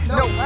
no